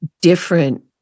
different